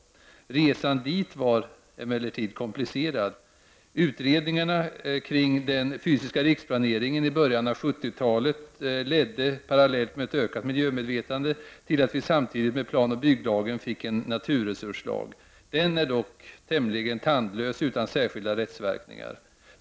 Resan dit var emellertid komplicerad. Utredningarna kring den fysiska riksplaneringen i början av 70-talet ledde, parallellt med ett ökat miljömedvetande, till att vi samtidigt med planoch bygglagen fick en naturresurslag. Den är dock tämligen tandlös utan särskilda rättsverkningar.